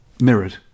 mirrored